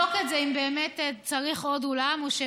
צריך עוד אולמות.